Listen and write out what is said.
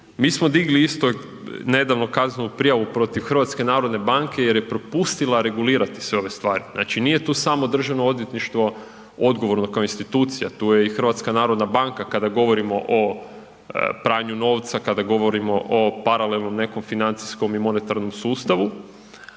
mi smo digli isto nedavno kaznenu prijavu protiv HNB-a jer je propustila regulirati sve ove stvari. Znači nije tu samo državno odvjetništvo odgovorno kao institucija tu je i HNB kada govorimo o pranju novca, kada govorimo o paralelnom nekom financijskom i monetarnom sustavu,